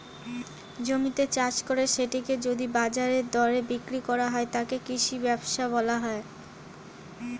জমিতে চাষ করে সেটিকে যদি বাজার দরে বিক্রি করা হয়, তাকে কৃষি ব্যবসা বলা হয়